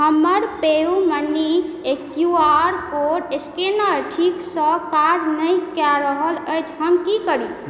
हमर PayUmoney Q R code scanner ठीकसँ काज नहि रहल अछि हम की करी